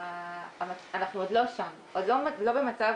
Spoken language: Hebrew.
עוד לא במצב